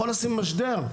יכול לשים משדר,